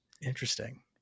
interesting